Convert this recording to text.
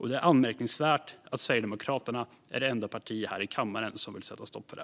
Det är anmärkningsvärt att Sverigedemokraterna är det enda partiet här i kammaren som vill sätta stopp för det.